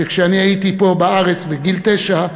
שכשאני הייתי פה בארץ בגיל תשע,